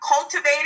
cultivated